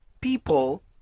people